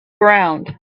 ground